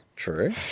True